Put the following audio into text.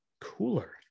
cooler